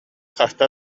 хаста